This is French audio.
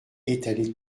étalé